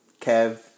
Kev